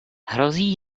hrozí